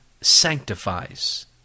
sanctifies